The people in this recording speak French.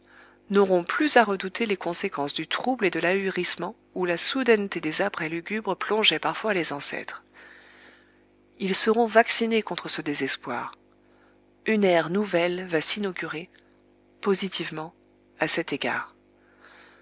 n'auront plus à redouter les conséquences du trouble et de l'ahurissement où la soudaineté des apprêts lugubres plongeait parfois les ancêtres ils seront vaccinés contre ce désespoir une ère nouvelle va s'inaugurer positivement à cet égard